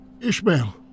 Ishmael